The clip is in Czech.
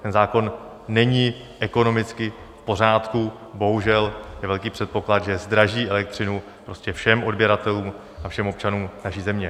Ten zákon není ekonomicky v pořádku, bohužel, je velký předpoklad, že zdraží elektřinu všem odběratelům a všem občanům naší země.